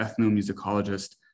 ethnomusicologist